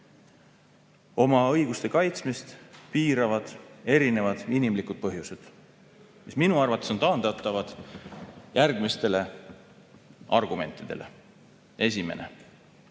Oma õiguste kaitsmist piiravad erinevad inimlikud põhjused, mis minu arvates on taandatavad järgmistele argumentidele. Esiteks,